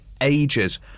ages